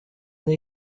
they